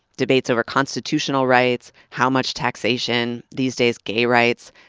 debates over constitutional rights, how much taxation, these days gay rights.